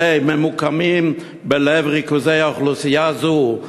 ועל"ה ממוקמים בלב ריכוזי אוכלוסייה זו,